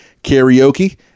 karaoke